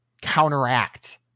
counteract